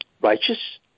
righteous